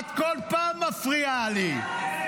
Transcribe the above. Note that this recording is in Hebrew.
כי את מפריעה לי, את מפריעה לי בכל פעם.